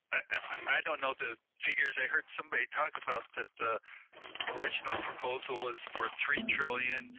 i don't know the figures. i heard somebody talk about that the original proposal was for three trillion,